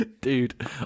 Dude